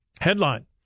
Headline